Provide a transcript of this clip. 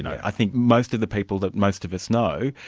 and i think most of the people that most of us know,